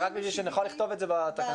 זה רק בשביל שנוכל לכתוב את זה בתקנות.